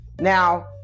Now